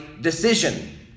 decision